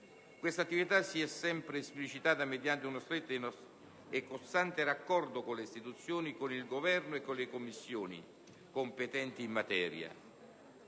Questa attività si è sempre esplicata mediante uno stretto e costante raccordo istituzionale con il Governo e le Commissioni parlamentari competenti in materia.